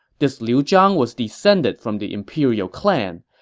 this liu zhang was descended from the imperial clan.